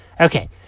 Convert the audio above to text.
Okay